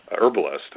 herbalist